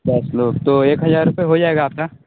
दस लोग तो एक हज़ार रुपए हो जाएगा आपका